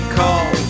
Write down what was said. call